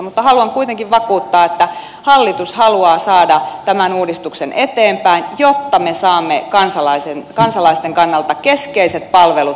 mutta haluan kuitenkin vakuuttaa että hallitus haluaa saada tämän uudistuksen eteenpäin jotta me saamme kansalaisten kannalta keskeiset palvelut parempaan kuntoon